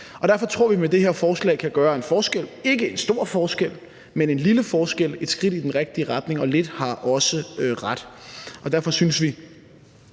Derfor tror vi, at vi med det her forslag kan gøre en forskel – ikke en stor forskel, men en lille forskel, et skridt i den rigtige retning. Lidt har også ret, og derfor synes vi,